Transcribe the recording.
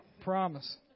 Promise